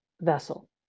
vessel